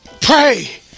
Pray